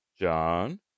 John